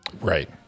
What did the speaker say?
right